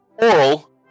Oral